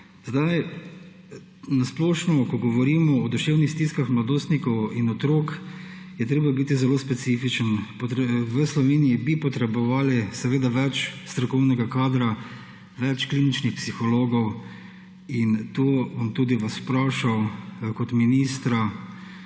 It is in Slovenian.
Na splošno, ko govorimo o duševnih stiskah mladostnikov in otrok, je treba biti zelo specifičen. V Sloveniji bi potrebovali več strokovnega kadra, več kliničnih psihologov. Zato vas bom tudi vprašal kot ministra: